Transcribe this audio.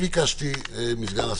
זאת הכוונה, זה המסר